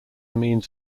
means